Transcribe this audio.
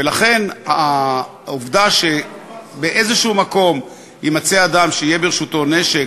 ולכן העובדה שבאיזשהו מקום יימצא אדם שיהיה ברשותו נשק,